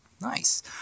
Nice